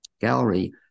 gallery